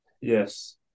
Yes